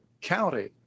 county